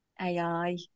AI